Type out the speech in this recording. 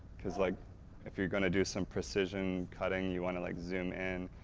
because like if you're going to do some precision cutting, you want to like zoom in.